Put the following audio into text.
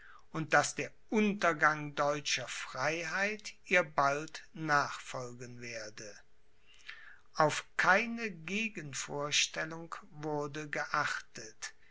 und daß der untergang deutscher freiheit ihr bald nachfolgen werde auf keine gegenvorstellung wurde geachtet